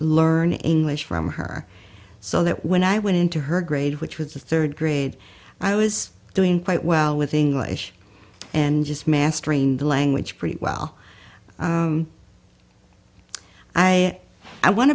learn english from her so that when i went into her grade which was the third grade i was doing quite well with english and just mastering the language pretty well i i want